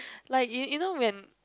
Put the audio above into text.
like you you know when